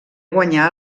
guanyà